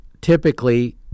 typically